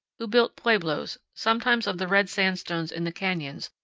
who built pueblos, sometimes of the red sandstones in the canyons,